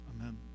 Amen